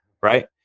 Right